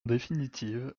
définitive